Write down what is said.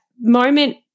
moment